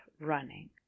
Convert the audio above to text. running